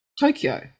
tokyo